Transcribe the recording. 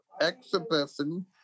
exhibition